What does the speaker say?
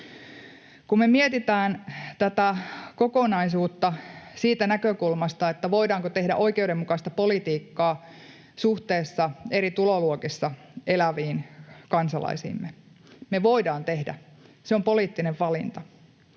Kun me mietitään tätä kokonaisuutta siitä näkökulmasta, voidaanko tehdä oikeudenmukaista politiikkaa suhteessa eri tuloluokissa eläviin kansalaisiimme, niin me voidaan tehdä. Se on poliittinen valinta.